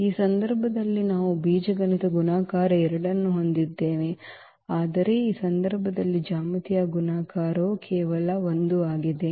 ಈ ಸಂದರ್ಭದಲ್ಲಿ ನಾವು ಬೀಜಗಣಿತ ಗುಣಾಕಾರ 2 ಅನ್ನು ಹೊಂದಿದ್ದೇವೆ ಆದರೆ ಈ ಸಂದರ್ಭದಲ್ಲಿ ಜ್ಯಾಮಿತೀಯ ಗುಣಾಕಾರವು ಕೇವಲ 1 ಆಗಿದೆ